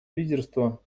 лидерство